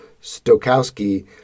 Stokowski